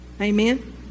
Amen